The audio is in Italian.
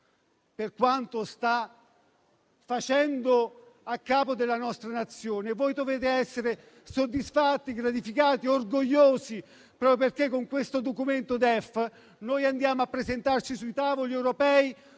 per quanto sta facendo a capo della nostra Nazione, voi dovete essere soddisfatti, gratificati e orgogliosi proprio perché con questo DEF ci presentiamo ai tavoli europei